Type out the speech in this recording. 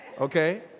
okay